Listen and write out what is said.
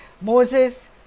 Moses